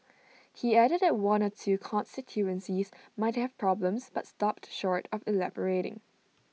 he added that one or two constituencies might have problems but stopped short of elaborating